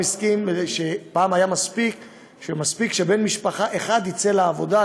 פעם היה מספיק שבן משפחה אחד יצא לעבודה,